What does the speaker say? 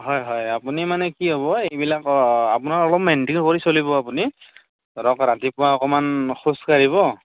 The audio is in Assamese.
হয় হয় আপুনি মানে কি হ'ব এইবিলাক আপোনাৰ অলপ মেণ্টেইন কৰি চলিব আপুনি ধৰক ৰাতিপুৱা অকণমান খোজ কাঢ়িব